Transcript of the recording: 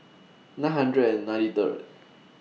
nine hundred and ninety Third